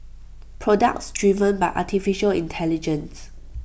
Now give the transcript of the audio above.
products driven by Artificial Intelligence